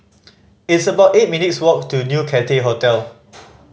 it's about eight minutes' walk to New Cathay Hotel